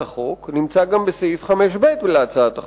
החוק נמצא גם בסעיף 5(ב) להצעת החוק.